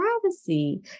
privacy